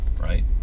right